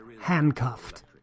handcuffed